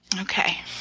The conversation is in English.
Okay